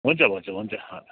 हुन्छ भाउजू हुन्छ